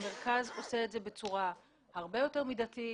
המרכז עושה את זה בצורה הרבה יותר מידתית,